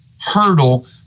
hurdle